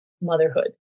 motherhood